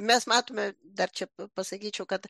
mes matome dar čia pa pasakyčiau kad